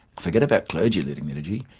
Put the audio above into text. forget about clergy leading liturgy,